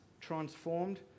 transformed